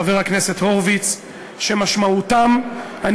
חבר הכנסת הורוביץ: "שמשמעותם",